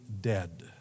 dead